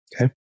Okay